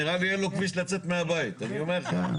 נראה לי אין לו כביש לצאת מהבית, אני אומר לך.